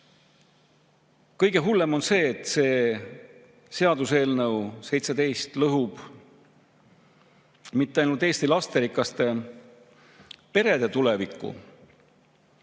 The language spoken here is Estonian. Kõige hullem on see, et see seaduseelnõu 17 lõhub mitte ainult Eesti lasterikaste perede tuleviku,